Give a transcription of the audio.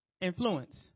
Influence